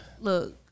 look